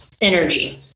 energy